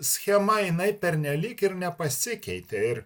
schema jinai pernelyg ir nepasikeitė ir